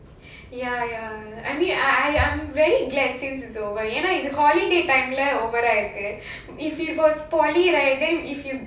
ya ya I mean I I I'm very glad since it's over you know ஏன்னா இது:yaenaa ithu holiday over ஆயிருக்கு:aayiruku if it was polytechnic right then if you